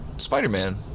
Spider-Man